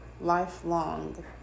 lifelong